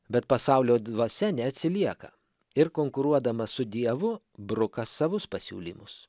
bet pasaulio dvasia neatsilieka ir konkuruodama su dievu bruka savus pasiūlymus